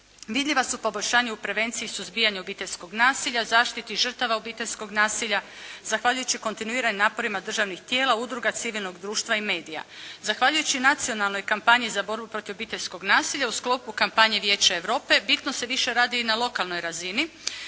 Vidljiva su poboljšanja i u prevenciji suzbijanju obiteljskog nasilja, zaštiti žrtava obiteljskog nasilja zahvaljujući kontinuiranim naporima državnih tijela, udruga civilnog društva i medija. Zahvaljujući nacionalnoj kampanji za borbu protiv obiteljskog nasilja, u sklopu kampanje Vijeća Europe bitno se više radi i na lokalnoj razini,